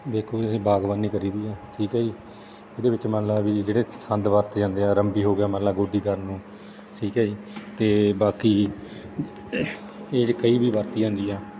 ਦੇਖੋ ਜੀ ਅਸੀਂ ਬਾਗਵਾਨੀ ਕਰੀ ਦੀ ਆ ਠੀਕ ਹੈ ਜੀ ਇਹਦੇ ਵਿੱਚ ਮੰਨ ਲਓ ਵੀ ਜਿਹੜੇ ਸੰਦ ਵਰਤੇ ਜਾਂਦੇ ਆ ਰੰਬੀ ਹੋ ਗਿਆ ਮਤਲਬ ਗੋਡੀ ਕਰਨ ਨੂੰ ਠੀਕ ਹੈ ਜੀ ਅਤੇ ਬਾਕੀ ਇਹ ਕਹੀ ਵੀ ਵਰਤੀ ਹੁੰਦੀ ਆ